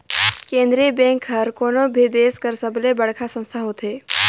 केंद्रीय बेंक हर कोनो भी देस कर सबले बड़खा संस्था होथे